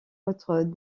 autres